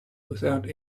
without